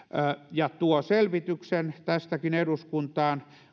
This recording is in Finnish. ja tuo selvityksen tästäkin eduskuntaan